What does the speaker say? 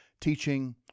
teaching